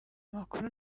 makuru